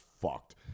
fucked